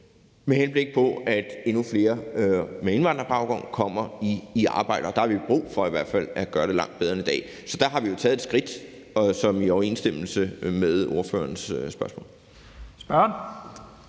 med henblik på at endnu flere med indvandrerbaggrund kommer i arbejde, og der har vi brug for at gøre det langt bedre end i dag. Så der har vi jo taget et skridt – som et svar på ordførerens spørgsmål.